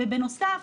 ובנוסף,